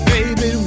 Baby